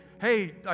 hey